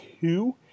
two